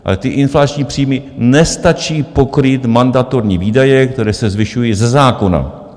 Ale ty inflační příjmy nestačí pokrýt mandatorní výdaje, které se zvyšují ze zákona.